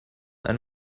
and